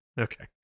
Okay